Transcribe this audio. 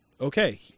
okay